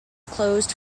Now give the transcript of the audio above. closed